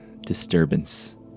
disturbance